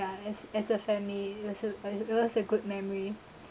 as as a family it was a it was a good memory